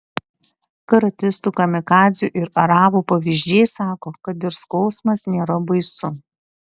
karatistų kamikadzių ir arabų pavyzdžiai sako kad ir skausmas nėra baisu